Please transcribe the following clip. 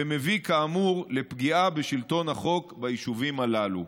ומביא, כאמור, לפגיעה בשלטון החוק ביישובים הללו.